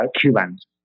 Cubans